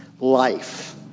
life